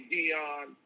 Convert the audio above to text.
Dion